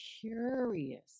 curious